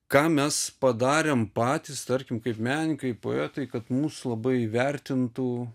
ką mes padarėm patys tarkim kaip menkai poetai kad mus labai vertintų